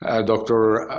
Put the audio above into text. ah dr.